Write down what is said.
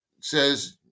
says